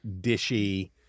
dishy